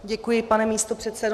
Děkuji, pane místopředsedo.